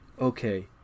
okay